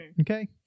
Okay